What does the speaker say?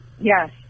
Yes